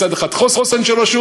מצד אחד חוסן של רשות,